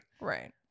Right